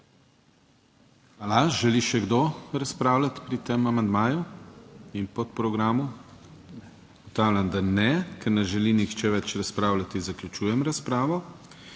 Hvala. Želi še kdo razpravljati pri tem amandmaju in podprogramu? (Ne.) Ugotavljam, da ne. Ker ne želi nihče več razpravljati zaključujem razpravo.